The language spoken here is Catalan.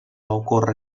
ocórrer